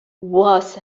was